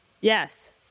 Yes